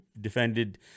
defended